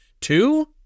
Two